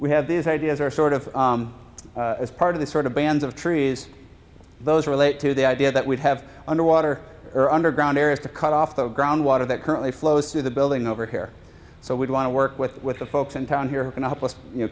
we have these ideas or sort of as part of the sort of bands of trees those relate to the idea that we'd have underwater or underground areas to cut off the groundwater that currently flows through the building over here so we'd want to work with with the folks in town here